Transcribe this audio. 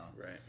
right